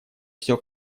все